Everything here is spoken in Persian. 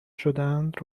شدهاند